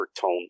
tone